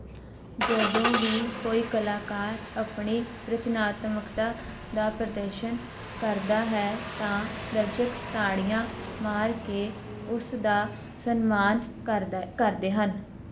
ਜਦੋਂ ਵੀ ਕੋਈ ਕਲਾਕਾਰ ਆਪਣੀ ਰਚਨਾਤਮਕਤਾ ਦਾ ਪ੍ਰਦਰਸ਼ਨ ਕਰਦਾ ਹੈ ਤਾਂ ਦਰਸ਼ਕ ਤਾੜੀਆਂ ਮਾਰ ਕੇ ਉਸ ਦਾ ਸਨਮਾਨ ਕਰਦਾ ਕਰਦੇ ਹਨ